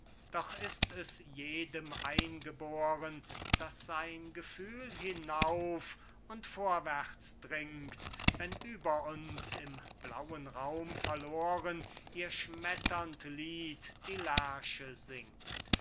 doch ist es jedem eingeboren daß sein gefühl hinauf und vorwärts dringt wenn über uns im blauen raum verloren ihr schmetternd lied die lerche singt